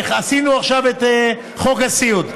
עשינו עכשיו את חוק הסיעוד,